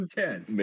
chance